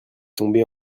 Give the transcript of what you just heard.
tombé